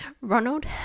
Ronald